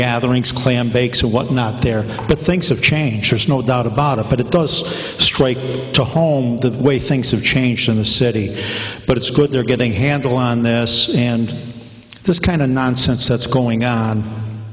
gatherings clambake so what not there but things have changed there's no doubt about it but it goes straight to home the way things have changed in the city but it's good they're getting handle on this and this kind of nonsense that's going on